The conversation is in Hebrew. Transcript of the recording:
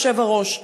היושב-ראש.